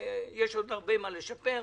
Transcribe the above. יש עוד הרבה מה לשפר,